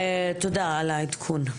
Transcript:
תודה על העדכון.